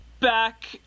back